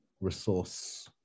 resource